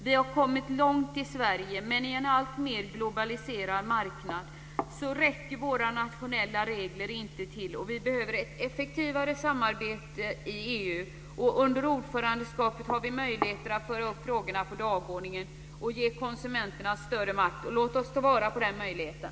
Vi har kommit långt i Sverige, men i en alltmer globaliserad marknad räcker våra nationella regler inte till. Vi behöver ett effektivare samarbete inom EU. Under ordförandeskapet har vi möjligheter att föra upp frågorna på dagordningen och ge konsumenterna större makt. Låt oss ta vara på den möjligheten.